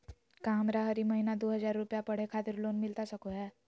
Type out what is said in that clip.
का हमरा हरी महीना दू हज़ार रुपया पढ़े खातिर लोन मिलता सको है?